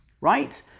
right